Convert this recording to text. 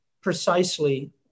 precisely